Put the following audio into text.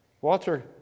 Walter